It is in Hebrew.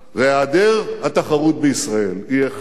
היעדר התחרות בישראל הוא אחד